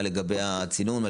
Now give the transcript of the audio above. מה לגבי הצינון,